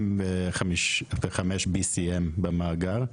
BCM85 במאגר.